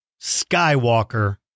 Skywalker